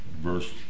verse